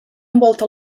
envolta